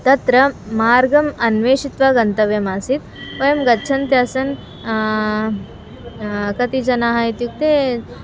तत्र मार्गम् अन्वेषयित्वा गन्तव्यम् आसीत् वयं गच्छन्त्यासं कति जनाः इत्युक्ते